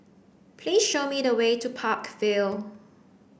please show me the way to Park Vale